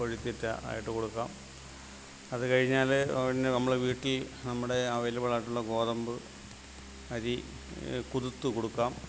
കോഴിത്തീറ്റ ആയിട്ട് കൊടുക്കാം അത് കഴിഞ്ഞാൽ പിന്നെ നമ്മളെ വീട്ടിൽ നമ്മുടെ അവൈലബിളായിട്ടുള്ള ഗോതമ്പ് അരി കുതിർത്തു കൊടുക്കാം